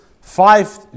five